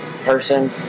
person